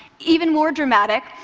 even more dramatic,